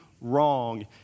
wrong